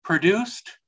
produced